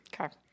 Okay